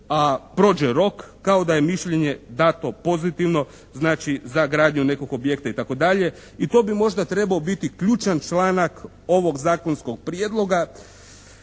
a prođe rok kao da je mišljenje dato pozitivno. Znači, za gradnju nekog objekta, itd. I to bi možda trebao biti ključan članak ovog zakonskog prijedloga.